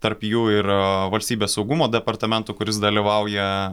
tarp jų ir valstybės saugumo departamentui kuris dalyvauja